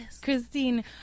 Christine